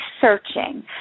searching